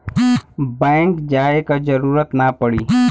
bank जाये क जरूरत ना पड़ी